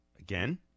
again